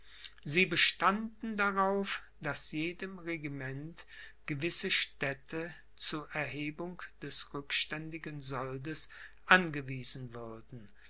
sie bestanden darauf daß jedem regiment gewisse städte zu erhebung des rückständigen soldes angewiesen würden